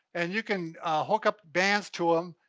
and you can hook up bands to em,